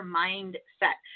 mindset